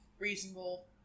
reasonable